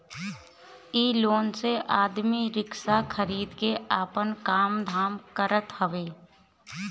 इ लोन से आदमी रिक्शा खरीद के आपन काम धाम करत हवे